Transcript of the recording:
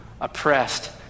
oppressed